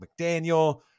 McDaniel